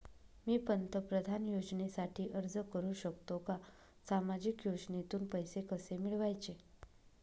मी पंतप्रधान योजनेसाठी अर्ज करु शकतो का? सामाजिक योजनेतून पैसे कसे मिळवायचे